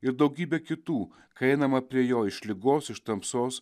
ir daugybę kitų kai einama prie jo iš ligos iš tamsos